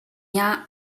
镇压